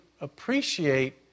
appreciate